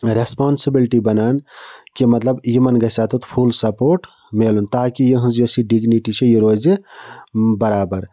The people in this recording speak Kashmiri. رٮ۪سپانسِبِلٹی بَنان کہِ مطلَب یِمَن گَژھِ اَتٮ۪تھ فُل سَپوٹ مِلُن تاکہِ یِہٕنٛز یۄس یہِ ڈِگنِٹی چھےٚ یہِ روزِ بَرابَر